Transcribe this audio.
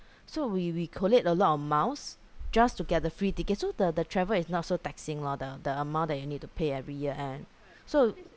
so we we collate a lot of miles just to get the free tickets so the the travel is not so taxing lor the the amount that you need to pay every year end so